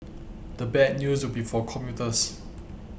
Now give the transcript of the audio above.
the bad news be for commuters